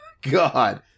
God